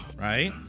right